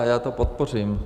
Já to podpořím.